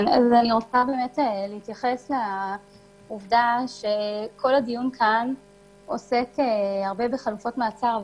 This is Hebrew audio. אני רוצה להתייחס לעובדה שכל הדיון כאן עוסק הרבה בחלופות מעצר.